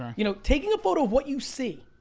ah you know taking a photo of what you see,